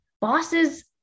bosses